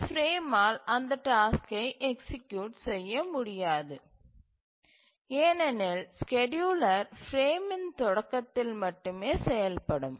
இந்த பிரேம்மால் அந்த டாஸ்க்கை எக்சீக்யூட் செய்ய முடியாது ஏனெனில் ஸ்கேட்யூலர் பிரேமின் தொடக்கத்தில் மட்டுமே செயல்படும்